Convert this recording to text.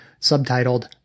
subtitled